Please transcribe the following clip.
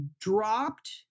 dropped